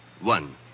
One